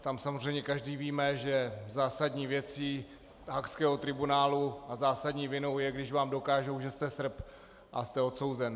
Tam samozřejmě každý víme, že zásadní věcí haagského tribunálu a zásadní vinou je, když vám dokážou, že jste Srb, a jste odsouzen.